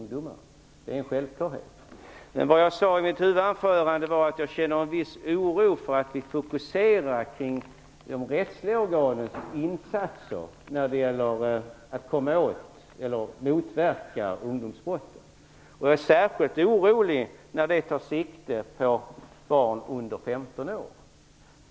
Det är en självklarhet. I mitt huvudanförande sade jag att jag känner en viss oro för att vi fokuserar oss på de rättsliga organens insatser när det gäller att komma åt eller motverka ungdomsbrotten. Jag är särskilt orolig när det tar sikte på barn under 15 år.